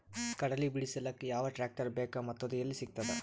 ಕಡಲಿ ಬಿಡಿಸಲಕ ಯಾವ ಟ್ರಾಕ್ಟರ್ ಬೇಕ ಮತ್ತ ಅದು ಯಲ್ಲಿ ಸಿಗತದ?